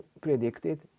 predicted